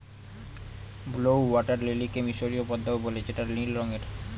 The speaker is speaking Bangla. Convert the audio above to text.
ব্লউ ওয়াটার লিলিকে মিসরীয় পদ্মাও বলে যেটা নীল রঙের